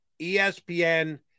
ESPN